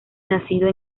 nacido